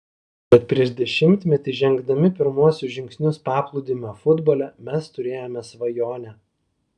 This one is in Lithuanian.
bet prieš dešimtmetį žengdami pirmuosius žingsnius paplūdimio futbole mes turėjome svajonę